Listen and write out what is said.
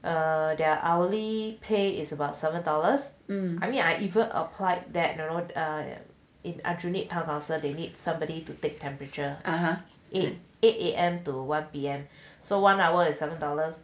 and there are hourly pay is about seven dollars I mean I even applied that you know in aljunied town council they need somebody to take temperature in eight A_M to one P_M so one hour is seven dollars